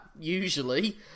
usually